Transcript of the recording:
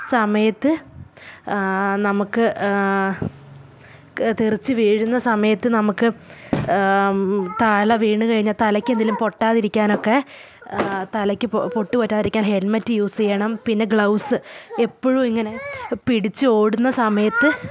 സമയത്ത് നമുക്ക് തെറിച്ചു വീഴുന്ന സമയത്ത് നമുക്ക് താഴെ വീണു കഴിഞ്ഞാൽ തലയ്ക്ക് എന്തെങ്കിലും പൊട്ടാതിരിക്കാനൊക്കെ തലയ്ക്ക് പൊട്ടു വരാതിരിക്കാൻ ഹെൽമെറ്റ് യൂസ് ചെയ്യണം പിന്നെ ഗ്ലൗസ് എപ്പോഴും ഇങ്ങനെ പിടിച്ച് ഓടുന്ന സമയത്ത്